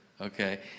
Okay